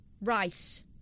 Rice